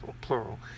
plural